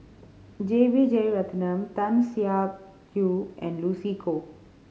J B Jeyaretnam Tan Siah Kwee and Lucy Koh